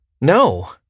no